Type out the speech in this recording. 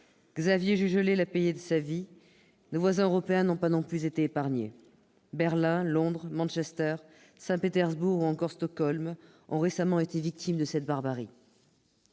Xavier Jugelé l'a payé de sa vie. Nos voisins européens n'ont pas été épargnés : Berlin, Londres, Manchester, Saint-Pétersbourg ou encore Stockholm ont récemment été victimes de cette barbarie.